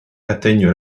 atteignent